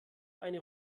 eine